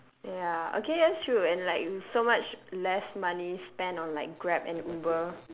ya okay that's true and like so much less money spent on like grab and uber